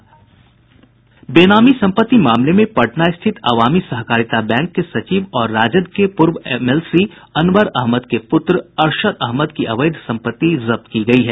बेनामी सम्पत्ति मामले में पटना स्थित अवामी सहकारिता बैंक के सचिव और राजद के पूर्व एमएलसी अनवर अहमद के पुत्र अरशद अहमद की अवैध सम्पत्ति जब्त की गयी है